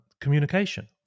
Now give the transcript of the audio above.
communication